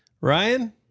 Ryan